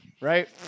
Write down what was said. Right